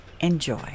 enjoy